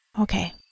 Okay